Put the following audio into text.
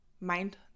mind